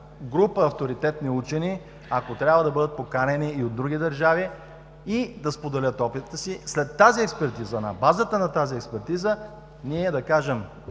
група авторитетни учени, ако трябва да бъдат поканени и от други държави и да споделят опита си. На базата на тази експертиза да се